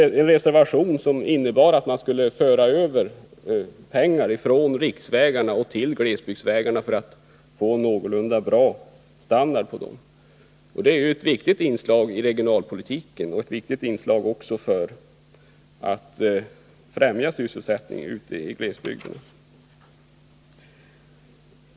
Den reservationen innebar att man skulle föra över pengar från riksvägarna till glesbygdsvägarna för att få någorlunda bra standard på dem.